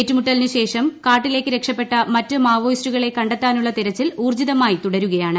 ഏറ്റുമുട്ടലിന് ശേഷം കാട്ടിലേക്ക് രക്ഷപ്പെട്ട മറ്റ് മാവോയിസ്റ്റുകളെ കണ്ടെത്താനുള്ള തെരച്ചിൽ ഊർജ്ജിതമായി തുടരുകയാണ്